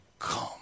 come